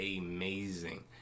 amazing